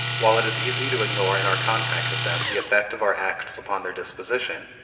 while it is easy to ignore in our contact with them the effect of our acts upon their disposition,